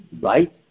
right